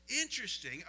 Interesting